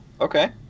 Okay